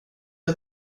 jag